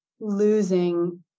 losing